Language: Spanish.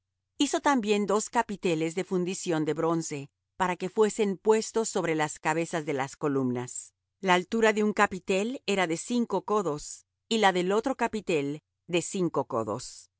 hizo también dos capiteles de fundición de bronce para que fuesen puestos sobre las cabezas de las columnas la altura de un capitel era de cinco codos y la del otro capitel de cinco codos